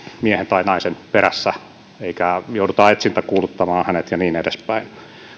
tai naisen perässä eikä jouduta etsintäkuuluttamaan häntä ja niin edespäin